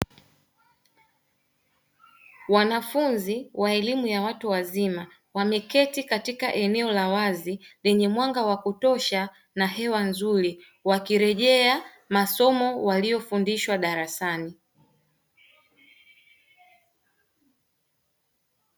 Wanafunzi wa elimu ya watu wazima, wameketi katika eneo la wazi lenye mwanga wa kutosha na hewa nzuri, wakirejea masomo waliyofundihwa darasani.